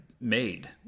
made